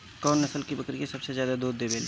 कौन नस्ल की बकरी सबसे ज्यादा दूध देवेले?